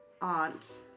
aunt